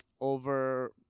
over—